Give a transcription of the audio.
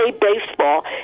baseball